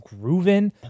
grooving